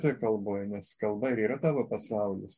toj kalboj nes kalba ir yra tavo pasaulis